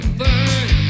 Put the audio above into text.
burn